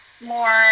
more